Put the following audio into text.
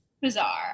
bizarre